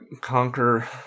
conquer